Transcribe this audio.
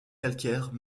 calcaires